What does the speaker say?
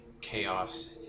chaos